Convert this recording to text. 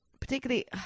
particularly